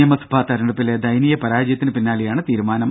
നിയമസഭാ തെരഞ്ഞെടുപ്പിലെ ദയനീയ പരാജയത്തിനു പിന്നാലെയാണ് തീരുമാനം